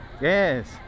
Yes